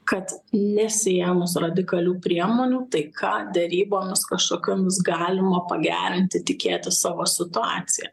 kad nesiėmus radikalių priemonių taika derybomis kažkokiomis galima pagerinti tikėti savo situacija